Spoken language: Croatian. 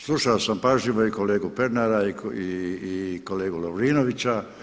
Slušao sam pažljivo i kolegu Pernara i kolegu Lovrinovića.